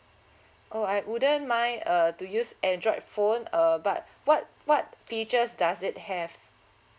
oh I wouldn't mind uh to use android phone uh but what what features does it have